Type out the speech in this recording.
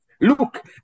Look